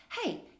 Hey